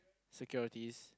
securities